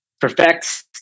perfect